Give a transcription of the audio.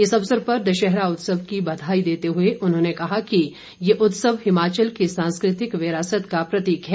इस अवसर पर दशहरा उत्सव की बधाई देते हुए उन्होंने कहा कि ये उत्सव हिमाचल की सांस्कृतिक विरासत का प्रतीक है